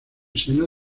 seno